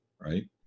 Right